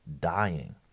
dying